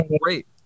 great